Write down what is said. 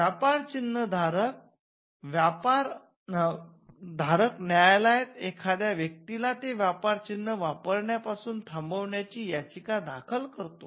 व्यापार चिन्हधारक न्यायालयात एखाद्या व्यक्तीला ते व्यापार चिन्ह वापारण्या पासून थांबविण्याची याचिका दाखला करतो